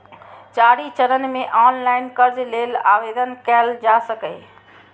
चारि चरण मे ऑनलाइन कर्ज लेल आवेदन कैल जा सकैए